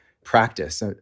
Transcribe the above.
practice